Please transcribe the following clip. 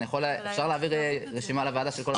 אפשר להעביר רשימה לוועדה של כל התוכניות.